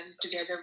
together